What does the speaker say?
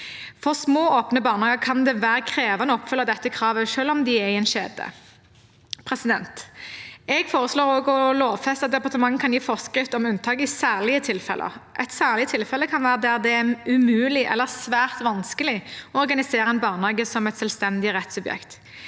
For små åpne barnehager kan det være krevende å oppfylle dette kravet, selv om de er i en kjede. Jeg foreslår også å lovfeste at departementet kan gi forskrift om unntak i særlige tilfeller. Et særlig tilfelle kan være der det er umulig eller svært vanskelig å organisere en barnehage som et selvstendig rettssubjekt.